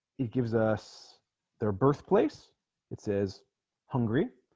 it gives us their birthplace it says hungry